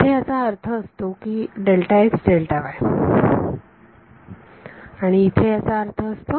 इथे याचा अर्थ असतो इथे याचा अर्थ असतो